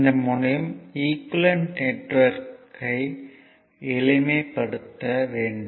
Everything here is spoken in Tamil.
இந்த முனையம் ஈக்குவேலன்ட் நெட்வொர்க் ஐ எளிமைப்படுத்த வேண்டும்